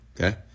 Okay